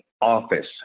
office